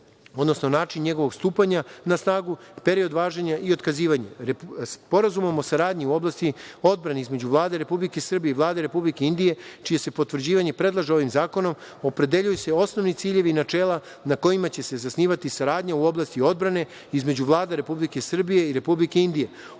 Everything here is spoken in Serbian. odnosno način njegovog stupanja na snagu, period važenja i otkazivanja. Sporazumom o saradnji u oblasti odbrane između Vlade Republike Srbije i Vlade Republike Indije, čije se potvrđivanje predlaže ovim zakonom, opredeljuju se osnovni ciljevi i načela na kojima će se zasnivati saradnja u oblasti odbrane između Vlade Republike Srbije i Vlade Republike Indije,